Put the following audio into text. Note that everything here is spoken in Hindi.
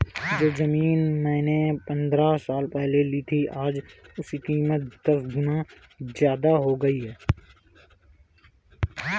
जो जमीन मैंने पंद्रह साल पहले ली थी, आज उसकी कीमत दस गुना जादा हो गई है